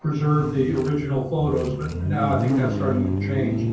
preserve the original photos. but and now i think that's starting to change.